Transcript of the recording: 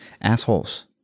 assholes